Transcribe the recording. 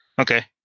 Okay